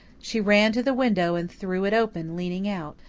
she ran to the window and threw it open, leaning out.